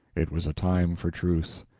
it was a time for truth.